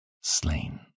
slain